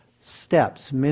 steps